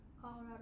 Colorado